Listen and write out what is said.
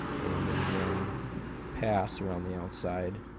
and in one pass around the outside